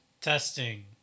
Testing